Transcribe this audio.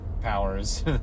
powers